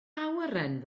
awyren